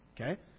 okay